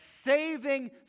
saving